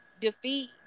defeat